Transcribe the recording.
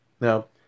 Now